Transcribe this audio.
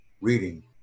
reading